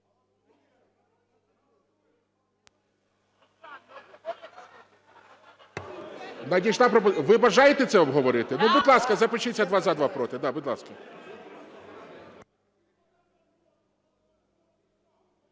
Ви бажаєте це обговорити? Будь ласка, запишіться: два – за, два – проти.